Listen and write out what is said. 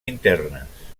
internes